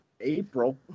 April